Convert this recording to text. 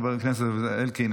חבר הכנסת זאב אלקין,